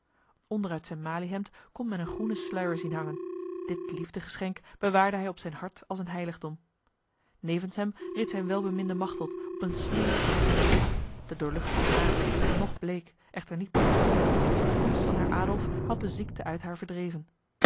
uit zijn maliehemd kon men een groene sluier zien hangen dit liefdegeschenk bewaarde hij op zijn hart als een heiligdom nevens hem reed zijn welbeminde machteld op een sneeuwwitte hakkenij de doorluchtige maagd was nog bleek echter niet meer krank de komst van haar adolf had de ziekte uit haar verdreven